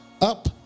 up